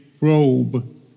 robe